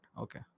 Okay